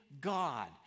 God